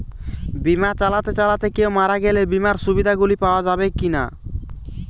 বিমা চালাতে চালাতে কেও মারা গেলে বিমার সুবিধা গুলি পাওয়া যাবে কি না?